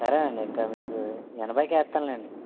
సరే అండి ఇంకా మీకు యెనభైకే వేస్తాను లెండి